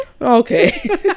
Okay